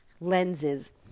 lenses